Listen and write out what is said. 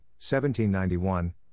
1791